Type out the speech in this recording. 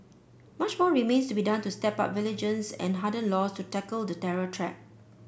much more remains to be done to step up vigilance and harden laws to tackle the terror check